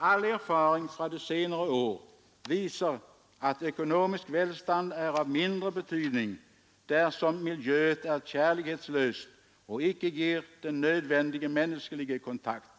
All erfaring fra de senere år viser at okonomisk velstand er av mindre betydning dersom miljoet er kjerlighetslost og ikke gir den nodvendige menneskelige kontakt.